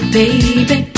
baby